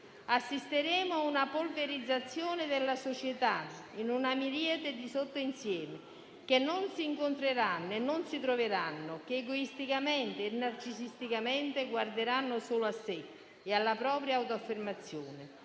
Assisteremo ad una polverizzazione della società in una miriade di sottoinsiemi che non si incontreranno e non si troveranno, che egoisticamente e narcisisticamente guarderanno solo a sé e alla propria autoaffermazione,